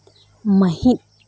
ᱢᱟᱹᱦᱤᱛ